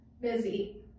busy